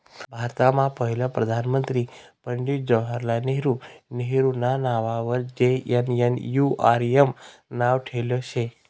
भारतमा पहिला प्रधानमंत्री पंडित जवाहरलाल नेहरू नेहरूना नाववर जे.एन.एन.यू.आर.एम नाव ठेयेल शे